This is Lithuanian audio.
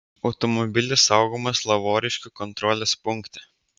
automobilis saugomas lavoriškių kontrolės punkte